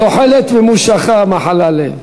"תוחלת ממושכה מחלה לב".